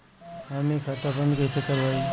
हम इ खाता बंद कइसे करवाई?